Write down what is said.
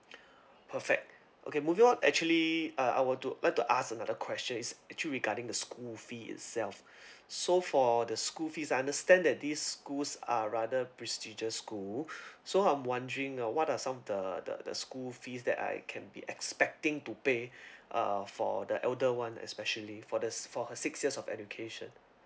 perfect okay moving out actually uh I want to like to ask another question it's actually regarding the school fee itself so for the school fees understand that these schools are rather prestigious school so I'm wondering uh what are some of the the the school fees that I can be expecting to pay uh for the elder [one] especially for the for her six years of education